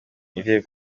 irihe